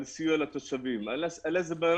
על סיוע לתושבים, על הסברה,